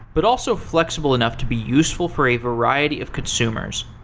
but also flexible enough to be useful for a variety of consumers.